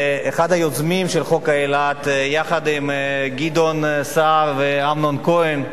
מיוזמיו, יחד עם גדעון סער ואמנון כהן.